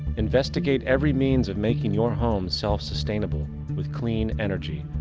investigate every means of making your home self-sustainable with clean energy.